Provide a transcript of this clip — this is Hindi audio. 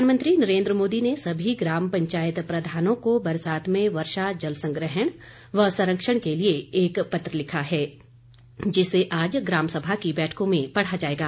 प्रधानमंत्री नरेन्द्र मोदी ने सभी ग्राम पंचायत प्रधानों को बरसात में वर्षा जल संग्रहण व संरक्षण के लिए एक पत्र लिखा है जिसे आज ग्रामसभा की बैठकों में पढ़ा जाएगा